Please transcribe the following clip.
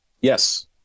Yes